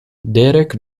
derek